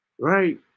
right